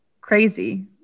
crazy